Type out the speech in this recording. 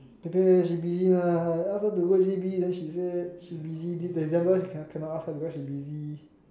Pei-Pei she busy lah I ask her to go J_B then she say she busy December can cannot ask her because she busy